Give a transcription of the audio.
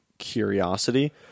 curiosity